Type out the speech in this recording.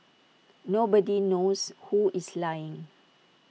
nobody knows who is lying